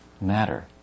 matter